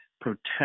protect